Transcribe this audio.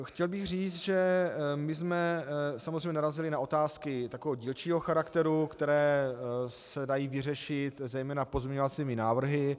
Chtěl bych říct, že jsme samozřejmě narazili na otázky takového dílčího charakteru, které se dají vyřešit zejména pozměňovacími návrhy.